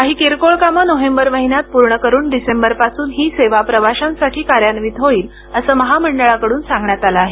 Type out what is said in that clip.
काही किरकोळ कामं नोव्हेंबर महिन्यात पूर्ण करून डिसेंबरपासून ही सेवा प्रवाशांसाठी कार्यान्वित होईल असं महामंडळाकडून सांगण्यात आलं आहे